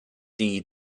die